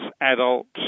adults